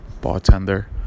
bartender